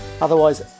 otherwise